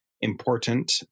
important